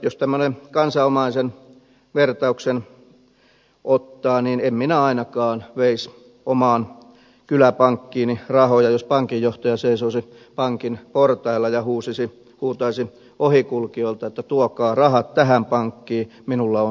jos tämmöisen kansanomaisen vertauksen ottaa niin en minä ainakaan veisi omaan kyläpankkiini rahoja jos pankinjohtaja seisoisi pankin portailla ja huutaisi ohikulkijoille että tuokaa rahat tähän pankkiin minulla on syytesuoja